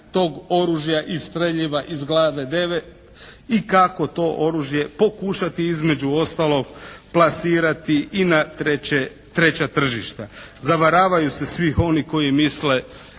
tog oružja i streljiva iz glave 9. i kako to oružje pokušati između ostalog plasirati i na treća tržišta. Zavaravaju se svi oni koji misle